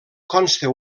consta